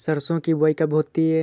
सरसों की बुआई कब होती है?